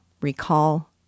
recall